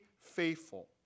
faithful